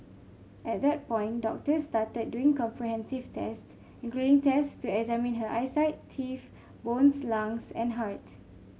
at that point doctors started doing comprehensive tests including test to examine her eyesight teeth bones lungs and heart